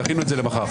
יש לנו טענה מקדמית.